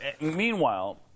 Meanwhile